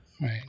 right